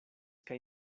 kaj